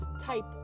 type